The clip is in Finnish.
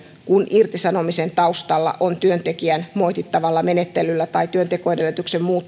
irtisanomisen taustalla on työntekijän moitittavasta menettelystä tai työntekoedellytyksen